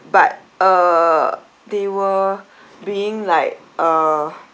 but uh they were being like uh